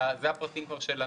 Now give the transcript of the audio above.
בסדר, אלה כבר הפרטים של הנוסח.